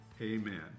amen